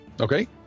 Okay